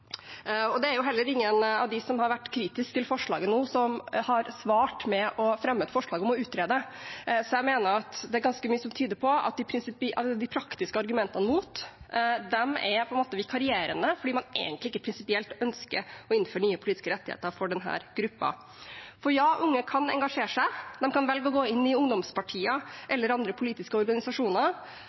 Det er heller ingen av dem som nå har vært kritisk til forslaget, som har svart med å fremme et forslag om å utrede, så jeg mener det er ganske mye som tyder på at de praktiske argumentene imot er vikarierende fordi man prinsipielt egentlig ikke ønsker å innføre nye politiske rettigheter for denne gruppen. Unge kan engasjere seg, de kan velge å gå inn i ungdomspartier eller andre politiske organisasjoner,